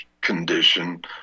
condition